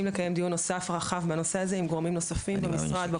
לקיים דיון נוסף רחב בנושא הזה עם גורמים נוספים במשרד.